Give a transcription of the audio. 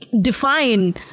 define